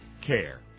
Care